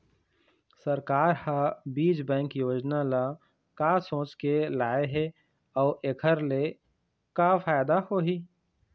सरकार ह बीज बैंक योजना ल का सोचके लाए हे अउ एखर ले का फायदा होही?